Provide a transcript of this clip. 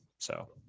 so,